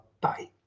bye